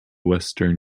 western